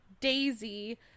Daisy